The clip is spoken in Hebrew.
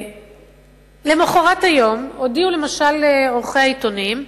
למחרת היום הודיעו, למשל עורכי העיתונים,